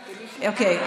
אוקיי,